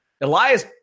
Elias